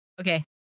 Okay